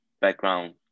background